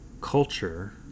culture